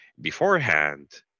beforehand